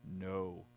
No